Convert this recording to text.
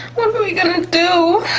what are we gonna do?